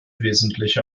wesentliche